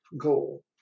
goal